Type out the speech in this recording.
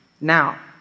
Now